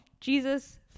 jesus